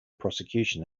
prosecution